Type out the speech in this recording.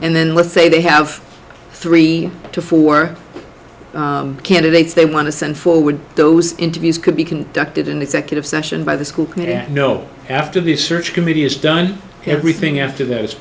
and then let's say they have three to four candidates they want to send forward those interviews could be conducted in executive session by the school committee know after the search committee has done everything after that it's